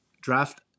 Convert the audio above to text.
draft